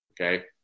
okay